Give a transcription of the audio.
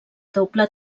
doble